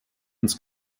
ins